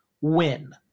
win